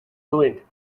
ruined